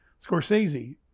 Scorsese